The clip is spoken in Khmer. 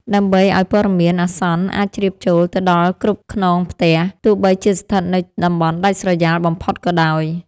ដើម្បីឱ្យព័ត៌មានអាសន្នអាចជ្រាបចូលទៅដល់គ្រប់ខ្នងផ្ទះ ទោះបីជាស្ថិតនៅតំបន់ដាច់ស្រយាលបំផុតក៏ដោយ។